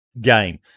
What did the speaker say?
game